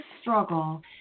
struggle